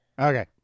Okay